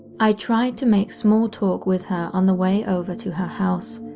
i tried to make small talk with her on the way over to her house,